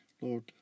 Lord